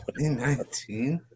2019